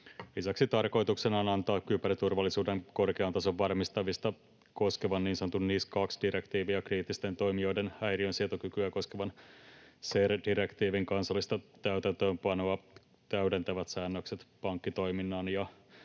Lisäksi tarkoituksena on antaa kyberturvallisuuden korkean tason varmistamista koskevan niin sanotun NIS 2 -direktiivin ja kriittisten toimijoiden häiriönsietokykyä koskevan CER-direktiivin kansallista täytäntöönpanoa täydentävät säännökset pankkitoiminnan ja